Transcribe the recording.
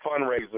fundraiser